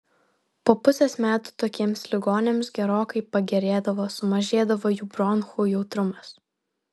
po pusės metų tokiems ligoniams gerokai pagerėdavo sumažėdavo jų bronchų jautrumas